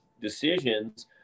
decisions